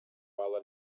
while